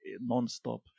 non-stop